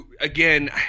again